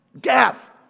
death